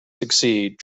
succeed